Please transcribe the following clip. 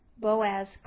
Boaz